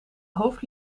hoofd